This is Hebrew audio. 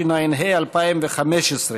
התשע"ה 2015,